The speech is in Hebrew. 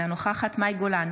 אינה נוכחת מאי גולן,